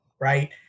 right